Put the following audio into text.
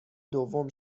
دوم